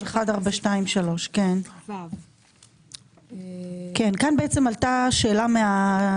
אז 1, 4, 2, 3. כאן עלתה שאלה מהתעשייה.